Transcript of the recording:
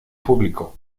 público